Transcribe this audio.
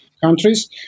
countries